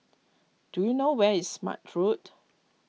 do you know where is Smart Road